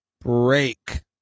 break